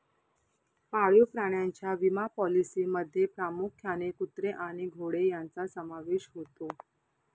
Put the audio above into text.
पाळीव प्राण्यांच्या विमा पॉलिसींमध्ये प्रामुख्याने कुत्रे आणि घोडे यांचा समावेश होतो